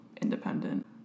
independent